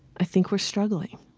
i think we're struggling.